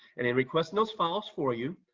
and in requesting those files for you,